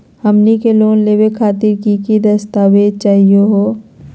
हमनी के लोन लेवे खातीर की की दस्तावेज चाहीयो हो?